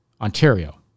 Ontario